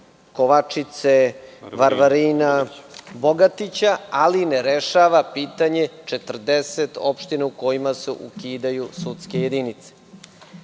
Kovačice, Varvarina, Bogatića, ali ne rešava pitanje 40 opština u kojima se ukidaju sudske jedinice. Da